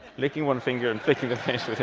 licking one finger and flicking the page with